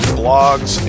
blogs